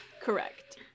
correct